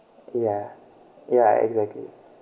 yeah yeah exactly